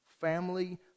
Family